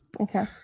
Okay